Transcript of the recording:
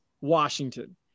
Washington